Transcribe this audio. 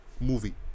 movie